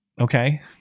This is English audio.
okay